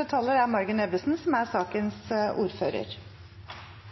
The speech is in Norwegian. til komiteen. Det er en enstemmig komité som